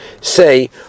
say